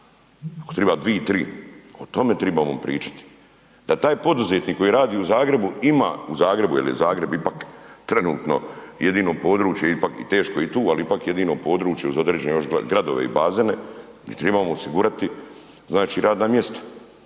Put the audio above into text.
ako triba 2, 3. O tome tribamo pričat, da taj poduzetnik koji radi u Zagrebu ima, u Zagrebu jer je Zagreb ipak trenutno jedino područje, teško je i tu, ali ipak je jedino područje uz određene još gradove i bazene gdi tribamo osigurati znači radna mjesta.